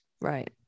Right